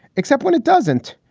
except when it doesn't.